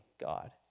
God